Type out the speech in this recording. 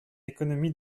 économie